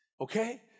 okay